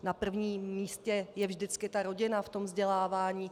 Na prvním místě je vždycky rodina v tom vzdělávání.